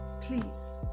please